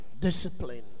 discipline